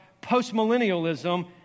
post-millennialism